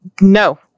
no